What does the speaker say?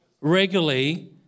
regularly